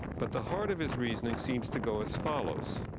but the heart of his reasoning seems to go as follows.